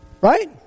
Right